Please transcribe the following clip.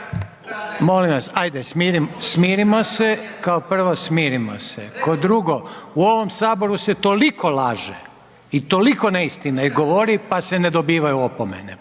Molim vas ajde smirimo se, kao prvo smirimo se, kao drugo u ovom saboru se toliko laže i toliko neistine govori pa se ne dobivaju opomene,